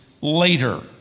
later